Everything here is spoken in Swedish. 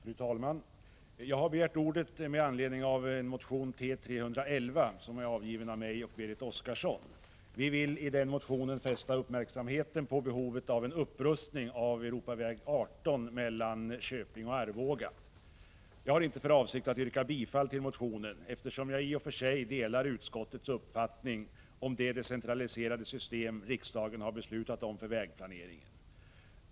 Fru talman! Jag har begärt ordet med anledning av motion T311, som är avgiven av mig och Berit Oscarsson. Vi vill genom motionen fästa uppmärksamheten på behovet av en upprustning av Europaväg 18 mellan Köping och Arboga. Jag har inte för avsikt att yrka bifall till motionen, eftersom jag i och för sig delar utskottets uppfattning om det decentraliserade system som riksdagen har beslutat om för vägplaneringen.